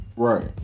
Right